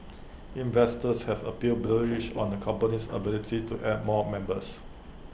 investors have appeared bullish on the company's ability to add more members